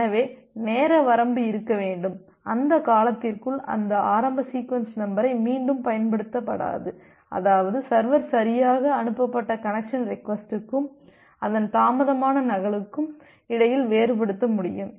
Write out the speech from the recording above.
எனவே நேர வரம்பு இருக்க வேண்டும் அந்த காலத்திற்குள் அந்த ஆரம்ப சீக்வென்ஸ் நம்பரை மீண்டும் பயன்படுத்தப்படாது அதாவது சர்வர் சரியாக அனுப்பப்பட்ட கனெக்சன் ரெக்வஸ்ட்க்கும் அதன் தாமதமான நகலுக்கும் இடையில் வேறுபடுத்த முடியும்